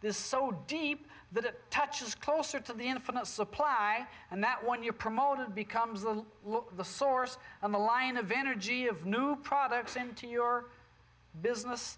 this so deep that it touches closer to the infinite supply and that when you're promoted becomes a look at the source and the line of energy of new products into your business